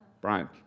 Brian